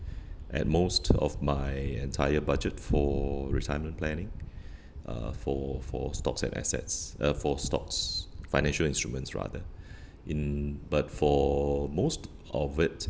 and most of my entire budget for retirement planning uh for for stocks and assets uh for stocks financial instruments rather in but for most of it